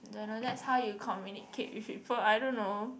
don't know that's how you communicate with people I don't know